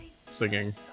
singing